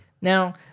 Now